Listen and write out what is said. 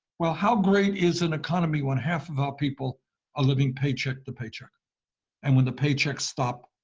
well, how great is an economy when half of our people are living paycheck to paycheck and, when the paychecks stop,